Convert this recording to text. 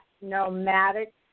nomadic